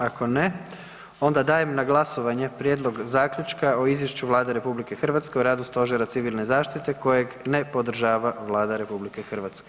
Ako ne onda daje na glasovanje Prijedlog zaključka o izvješću Vlade RH o radu Stožera civilne zaštite kojeg ne podržava Vlada RH.